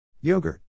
Yogurt